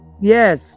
Yes